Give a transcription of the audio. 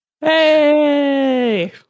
hey